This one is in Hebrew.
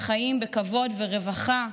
שבה חיים בכבוד ורווחה,